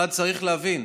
1. צריך להבין,